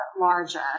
larger